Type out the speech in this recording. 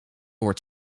wordt